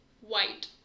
white